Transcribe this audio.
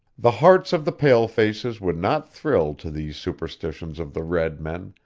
the hearts of the palefaces would not thrill to these superstitions of the red men,